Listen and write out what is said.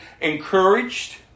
encouraged